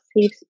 safe